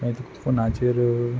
मागीर तुका फोनाचेर